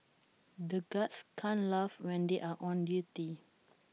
the guards can't laugh when they are on duty